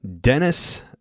Dennis